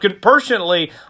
Personally